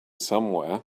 somewhere